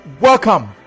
Welcome